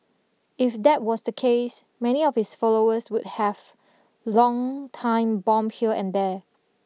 if that was the case many of his followers would have long time bomb here and there